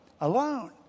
Alone